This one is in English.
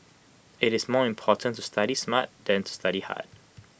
IT is more important to study smart than to study hard